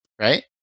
right